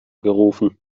gerufen